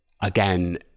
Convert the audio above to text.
again